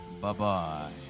Bye-bye